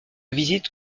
visite